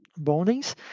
bondings